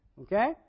Okay